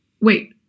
wait